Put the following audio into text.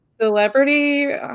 celebrity